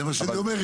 זה מה שאני אומר,